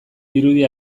dirudi